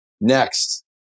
next